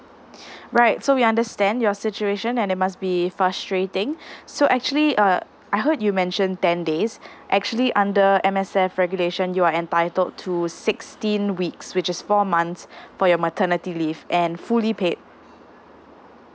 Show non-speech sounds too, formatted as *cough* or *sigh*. *breath* right so we understand your situation and it must be frustrating so actually uh I heard you mentioned ten days actually under M_S_F regulation you are entitled to sixteen weeks which is four months for your maternity leave and fully paid